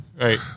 Right